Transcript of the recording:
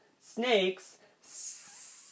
snakes